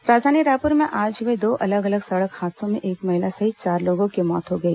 दुर्घटना राजधानी रायपुर में आज हुए दो अलग अलग सड़क हादसों में एक महिला सहित चार लोगों की मौत हो गई